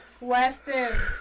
Weston